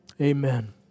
Amen